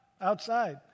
outside